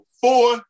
four